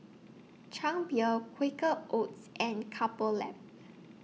Chang Beer Quaker Oats and Couple Lab